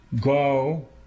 Go